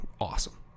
awesome